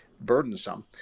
burdensome